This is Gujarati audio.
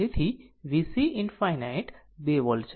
તેથી VC ∞ 2 વોલ્ટ છે